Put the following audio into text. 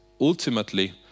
ultimately